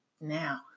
now